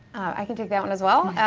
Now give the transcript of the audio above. i can take that one as well.